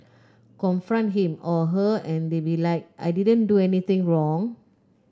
confront him or her and they be like I didn't do anything wrong